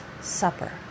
Supper